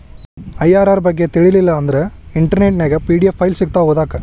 IRR ಬಗ್ಗೆ ತಿಳಿಲಿಲ್ಲಾ ಅಂದ್ರ ಇಂಟರ್ನೆಟ್ ನ್ಯಾಗ ಪಿ.ಡಿ.ಎಫ್ ಫೈಲ್ ಸಿಕ್ತಾವು ಓದಾಕ್